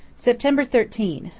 september thirteen.